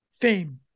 fame